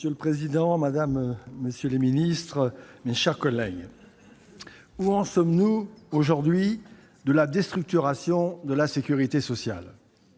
Monsieur le président, madame la ministre, monsieur le secrétaire d'État, mes chers collègues, où en sommes-nous aujourd'hui de la déstructuration de la sécurité sociale ?